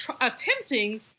attempting